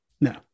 No